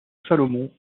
salomon